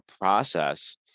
process